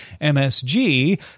MSG